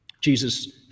Jesus